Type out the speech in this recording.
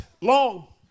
long